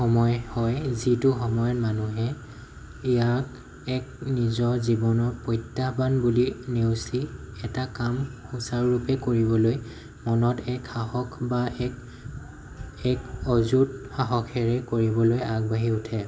সময় হয় যিটো সময়ত মানুহে ইয়াক এক নিজৰ জীৱনৰ প্ৰত্যাহ্বান বুলি নেওচি এটা কাম সুচাৰুৰূপে কৰিবলৈ মনত এক সাহস বা এক এক অযুত সাহসেৰে কৰিবলৈ আগবাঢ়ি উঠে